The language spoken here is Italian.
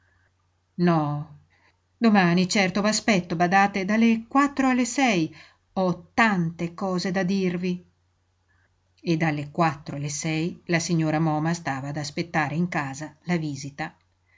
no domani certo v'aspetto badate dalle quattro alle sei ho tante cose da dirvi e dalle quattro alle sei la signora moma stava ad aspettare in casa la visita